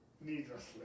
needlessly